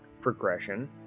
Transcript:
progression